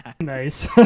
Nice